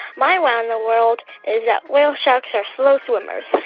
my wow in the world is that whale sharks are slow swimmers,